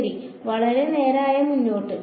ശരി വളരെ നേരായ മുന്നോട്ട്